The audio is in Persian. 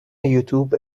یوتوب